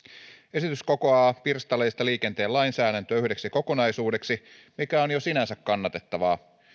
esitys kokoaa pirstaleista liikenteen lainsäädäntöä yhdeksi kokonaisuudeksi mikä on jo sinänsä kannatettavaa